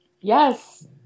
Yes